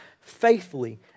faithfully